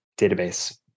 database